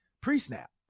pre-snap